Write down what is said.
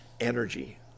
energy